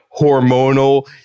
hormonal